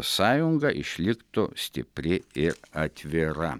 sąjunga išliktų stipri ir atvira